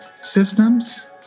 systems